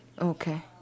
okay